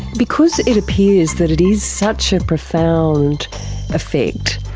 because it appears that it is such a profound effect,